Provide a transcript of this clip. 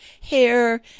hair